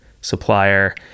supplier